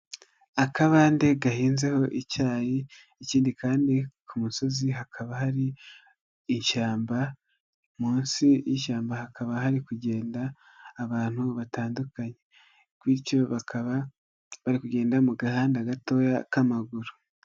Akabande gahinzeho icyayi ikindi kandi ku musozi hakaba hari ishyamba, munsi y'ishyamba hakaba hari kugenda abantu batandukanye bityo bakaba bari kugenda mu gahanda gato k'amaguru.